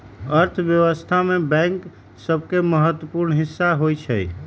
अर्थव्यवस्था में बैंक सभके महत्वपूर्ण हिस्सा होइ छइ